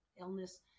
illness